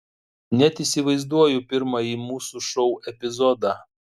net įsivaizduoju pirmąjį mūsų šou epizodą